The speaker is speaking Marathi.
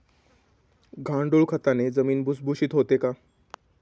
गांडूळ खताने जमीन भुसभुशीत होते का?